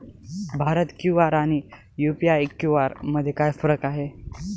Bharat QR आणि UPI QR मध्ये काय फरक आहे?